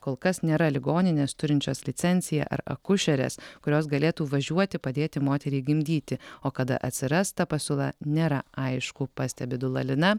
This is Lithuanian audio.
kol kas nėra ligoninės turinčios licenciją ar akušerės kurios galėtų važiuoti padėti moteriai gimdyti o kada atsiras ta pasiūla nėra aišku pastebi dula lina